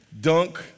dunk